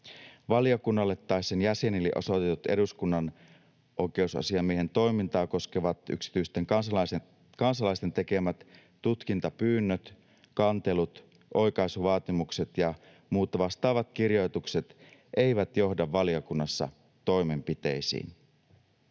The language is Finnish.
Valiokunnalle tai sen jäsenille osoitetut eduskunnan oikeusasiamiehen toimintaa koskevat yksityisten kansalaisten tekemät tutkintapyynnöt, kantelut, oikaisuvaatimukset ja muut vastaavat kirjoitukset eivät johda valiokunnassa toimenpiteisiin.